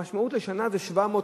המשמעות לשנה זה 700 מיליון.